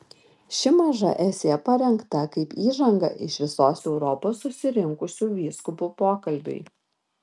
ši maža esė parengta kaip įžanga iš visos europos susirinkusių vyskupų pokalbiui